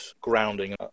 grounding